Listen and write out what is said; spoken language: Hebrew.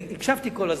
אני הקשבתי כל הזמן,